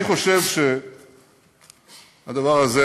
אני חושב שהדבר הזה